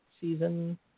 season